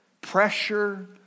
pressure